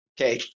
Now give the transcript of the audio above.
Okay